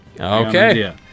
Okay